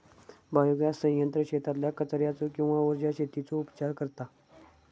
biogas संयंत्र शेतातल्या कचर्याचो किंवा उर्जा शेतीचो उपचार करता